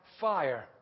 fire